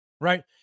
right